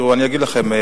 אני אגיד לכם,